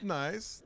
nice